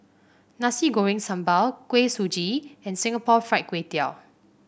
Nasi Goreng Sambal Kuih Suji and Singapore Fried Kway Tiao